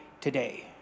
today